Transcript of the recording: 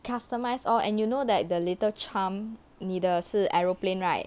customize all and you know that the little charm 你的是 aeroplane right